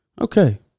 Okay